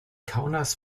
kaunas